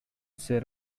ser